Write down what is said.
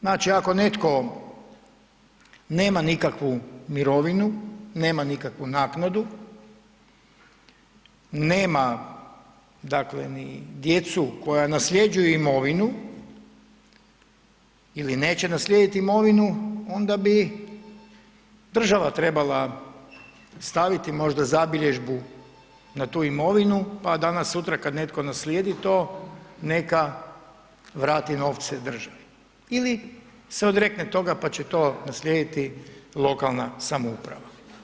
Znači ako netko nema nikakvu mirovinu, nema nikakvu naknadu, nema ni djecu koja nasljeđuju imovinu ili neće naslijediti imovinu, onda bi država trebala staviti možda zabilježbu na tu imovinu, pa danas-sutra kada netko naslijedi to neka vrati novce državi ili se odrekne toga pa će to naslijediti lokalna samouprava.